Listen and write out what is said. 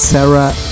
Sarah